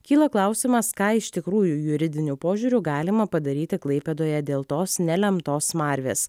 kyla klausimas ką iš tikrųjų juridiniu požiūriu galima padaryti klaipėdoje dėl tos nelemtos smarvės